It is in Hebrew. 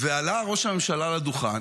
ועלה ראש הממשלה לדוכן